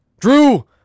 Drew